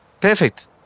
Perfect